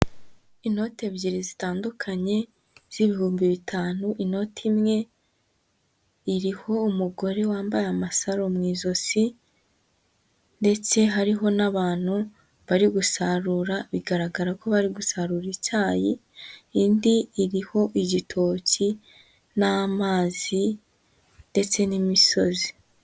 Inoti ebyiri zitandukanye z'ibihumbi bitanu, inote imwe, iriho umugore wambaye amasaro mu ijosi ndetse hariho n'abantu bari gusarura bigaragara ko bari gusarura icyayi, indi iriho igitoki n'amazi ndetse n'imisozi.